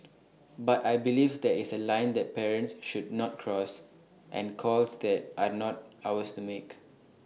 but I believe there is A line that parents should not cross and calls that are not ours to make